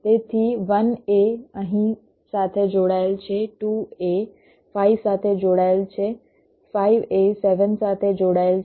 તેથી 1 એ અહીં સાથે જોડાયેલ છે 2 એ 5 સાથે જોડાયેલ છે અને 5 એ 7 સાથે જોડાયેલ છે